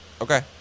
Okay